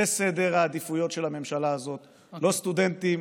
זה סדר העדיפויות של הממשלה הזאת: לא סטודנטים,